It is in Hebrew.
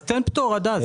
אז תן פטור עד אז.